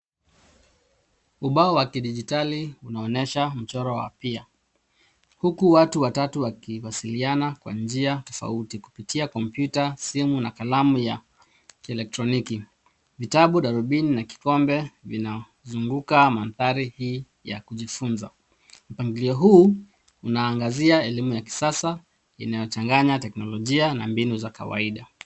Ubao wa kidijitali unaonyesha mchoro wa pia huku watu watatu wakiwasiliana kwa njia tofauti kupitia kompyuta , simu na kalamu ya kieletroniki. Vitabu, darubini na kikombe vinazunguka mandhari hii ya kujifunza. Mpangilio huu unaangazia elimu ya kisasa inayochanganya teknolojia na mbinu za kawaida.